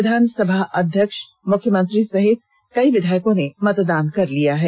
विधानसभा अध्यक्ष मुख्यमंत्री सहित कई विधायकों ने मतदान कर दिया है